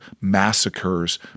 massacres